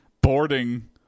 boarding